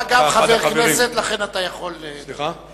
אתה גם חבר הכנסת, ולכן אתה יכול לבחור.